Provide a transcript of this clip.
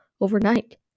overnight